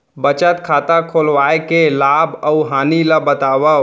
बचत खाता खोलवाय के लाभ अऊ हानि ला बतावव?